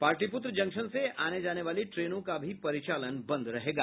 Pataliputra junction से आने जाने वाली ट्रेनों का भी परिचालन बंद रहेगा